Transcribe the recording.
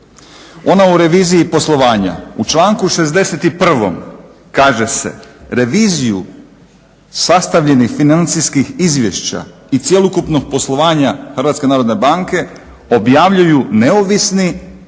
ona o reviziji poslovanja. U članku 61. kaže se: reviziju sastavljenih financijskih izvješća i cjelokupnog poslovanja HNB-a objavljuju neovisni vanjski